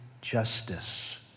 justice